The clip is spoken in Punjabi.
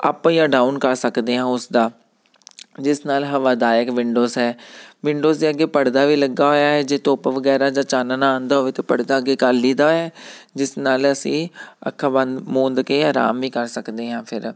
ਅਪ ਜਾਂ ਡਾਊਨ ਕਰ ਸਕਦੇ ਹਾਂ ਉਸਦਾ ਜਿਸ ਨਾਲ ਹਵਾਦਾਇਕ ਵਿੰਡੋਸ ਹੈ ਵਿੰਡੋਸ ਦੇ ਅੱਗੇ ਪਰਦਾ ਵੀ ਲੱਗਾ ਹੋਇਆ ਜੇ ਧੁੱਪ ਵਗੈਰਾ ਜਾਂ ਚਾਨਣ ਆਉਂਦਾ ਹੋਵੇ ਤਾਂ ਪਰਦਾ ਅੱਗੇ ਕਰ ਲਈ ਦਾ ਹੈ ਜਿਸ ਨਾਲ ਅਸੀਂ ਅੱਖਾਂ ਬੰਦ ਮੁੰਦ ਕੇ ਅਰਾਮ ਵੀ ਕਰ ਸਕਦੇ ਹਾਂ ਫਿਰ